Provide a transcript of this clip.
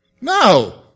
No